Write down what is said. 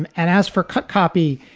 and and as for cut copy,